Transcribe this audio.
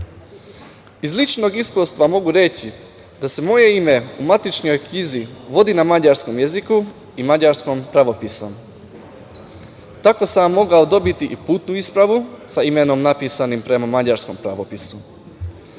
Iz ličnog iskustva mogu reći da se moje ime u matičnoj knjizi vodi na mađarskom jeziku i mađarskom pravopisu. Tako sam mogao dobiti putnu ispravu sa imenom napisanim prema mađarskom pravopisu. Kao